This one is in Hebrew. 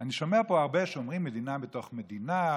אני שומע פה הרבה שאומרים: מדינה בתוך מדינה,